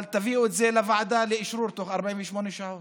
אבל תביאו את זה לוועדה לאישור בתוך 48 שעות.